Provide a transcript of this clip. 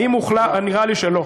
נראה לי שלא,